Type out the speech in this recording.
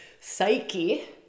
Psyche